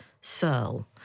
Searle